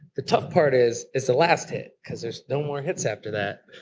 the tough part is, is the last hit, because there's no more hits after that.